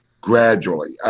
gradually